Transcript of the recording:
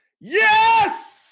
Yes